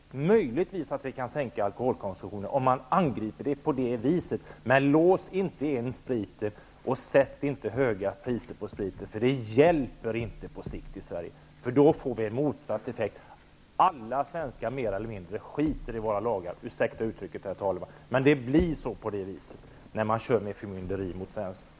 Om frågan angrips på det sättet kan alkoholkonsumtionen möjligen sänkas. Men lås inte in spriten, och sätt inte höga priser på spriten! På sikt hjälper något sådant inte i Sverige. Då blir det en motsatt effekt. Alla svenskar mer eller mindre skiter i våra lagar -- ursäkta uttrycket, herr talman. Men det blir så när förmynderi används mot svenskarna.